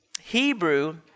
Hebrew